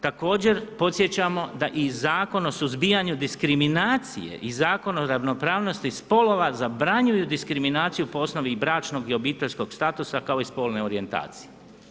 Također podsjećamo da iz Zakona o suzbijanju diskriminacije i Zakona o ravnopravnosti spolova zabranjuju diskriminaciju po osnovi i bračnog i obiteljskog statusa kao i spolne orijentacije.